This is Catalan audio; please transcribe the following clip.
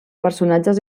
personatges